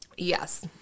Yes